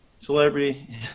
celebrity